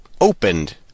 opened